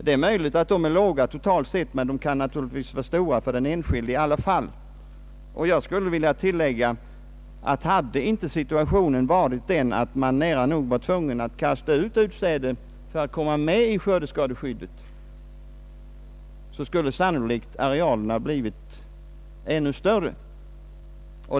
Det är möjligt att de är små, totalt sett, men de kan ändå vara för stora för den enskilde, och jag skulle vilja tillägga att om situationen inte hade varit den att man nära nog varit tvungen att kasta ut utsäde för att komma med i skördeskadeskyddet, så skulle de osådda arealerna sannolikt varit ännu större.